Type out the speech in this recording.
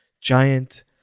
giant